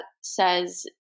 says